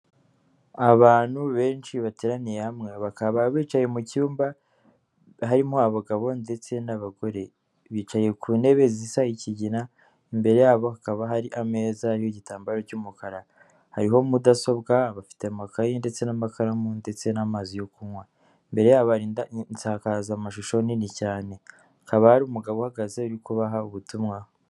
Abantu benshi bateraniye hamwe bakaba bicaye mu cyumba harimo abagabo ndetse n'abagore bicaye ku ntebe zisa ikigina imbere yabo hakaba hari ameza y'igitambaro cy'umukara hariho mudasobwa bafite amakaye ndetse n'amakaramu ndetse n'amazi yo kunywa mbere yabo insakazamashusho nini cyane akaba ari umugabo uhagaze yuko baha ubutumwa.